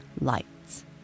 lights